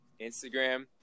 Instagram